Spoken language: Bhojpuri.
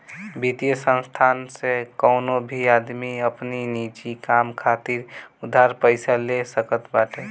वित्तीय संस्थान से कवनो भी आदमी अपनी निजी काम खातिर उधार पईसा ले सकत बाटे